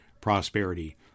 prosperity